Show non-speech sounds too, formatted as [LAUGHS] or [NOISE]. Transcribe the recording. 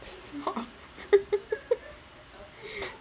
[LAUGHS]